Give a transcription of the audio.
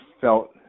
felt